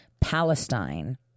Palestine